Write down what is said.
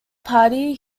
party